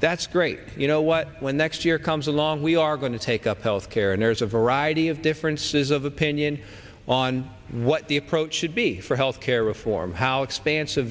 that's great you know what when next year comes along we are going to take up health care and there's a variety of differences of opinion on what the approach should be for health care reform how expansive